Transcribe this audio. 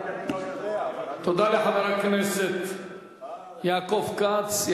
תגיד: אני לא יודע, אבל, תודה לחבר הכנסת יעקב כץ.